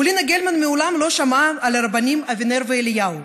פולינה גלמן מעולם לא שמעה על הרבנים אבינר ואליהו